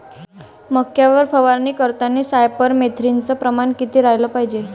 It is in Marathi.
मक्यावर फवारनी करतांनी सायफर मेथ्रीनचं प्रमान किती रायलं पायजे?